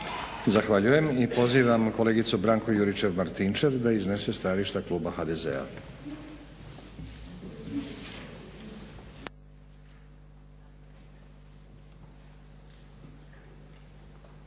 Zahvaljujem. I pozivam kolegicu Branku Juričev-Martinčev da iznese stajalište kluba HDZ-a.